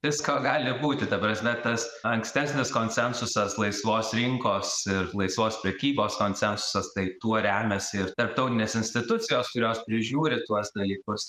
visko gali būti ta prasme tas ankstesnis konsensusas laisvos rinkos ir laisvos prekybos konsensusas tai tuo remiasi ir tarptautinės institucijos kurios prižiūri tuos dalykus